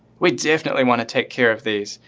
we definitely want to take care of these.